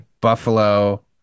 Buffalo